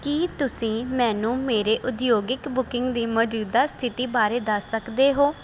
ਕੀ ਤੁਸੀਂ ਮੈਨੂੰ ਮੇਰੇ ਉਦਯੋਗਿਕ ਬੁਕਿੰਗ ਦੀ ਮੌਜੂਦਾ ਸਥਿਤੀ ਬਾਰੇ ਦੱਸ ਸਕਦੇ ਹੋ